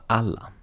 alla